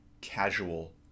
casual